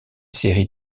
séries